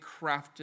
crafted